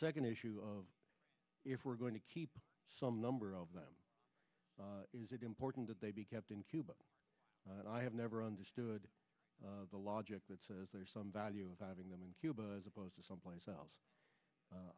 second issue of if we're going to keep some number of them is it important that they be kept in cuba and i have never understood the logic that says there's some value of having them in cuba as opposed to someplace else